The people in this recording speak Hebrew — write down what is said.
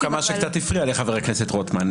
זה דווקא מה שקצת הפריע לחבר הכנסת רוטמן.